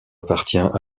appartient